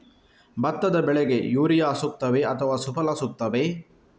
ಭತ್ತದ ಬೆಳೆಗೆ ಯೂರಿಯಾ ಸೂಕ್ತವೇ ಅಥವಾ ಸುಫಲ ಸೂಕ್ತವೇ?